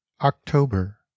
october